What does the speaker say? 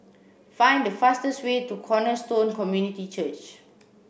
find the fastest way to Cornerstone Community Church